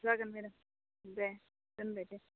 जागोन मेदाम दे दोनबाय दे